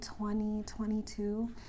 2022